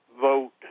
vote